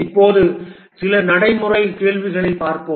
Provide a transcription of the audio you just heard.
இப்போது சில நடைமுறை கேள்விகளைப் பார்ப்போம்